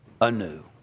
anew